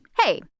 hey